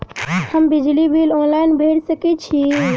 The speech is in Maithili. हम बिजली बिल ऑनलाइन भैर सकै छी?